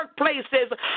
workplaces